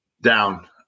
Down